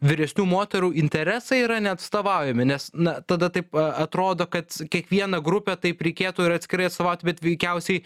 vyresnių moterų interesai yra neatstovaujami nes na tada taip a atrodo kad kiekvieną grupę taip reikėtų ir atskirai atstovaut bet veikiausiai